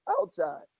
outside